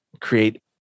create